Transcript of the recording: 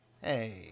Hey